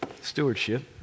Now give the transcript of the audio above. stewardship